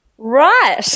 Right